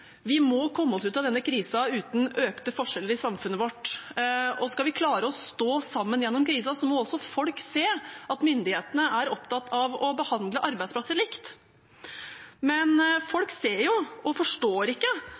Vi må komme oss ut av denne krisen uten økte forskjeller i samfunnet vårt. Skal vi klare å stå sammen gjennom krisen, må folk se at myndighetene er opptatt av å behandle arbeidsplasser likt. Folk ser jo og forstår ikke